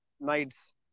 nights